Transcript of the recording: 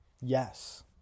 Yes